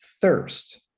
thirst